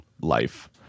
life